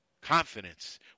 Confidence